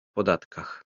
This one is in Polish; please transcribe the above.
podatkach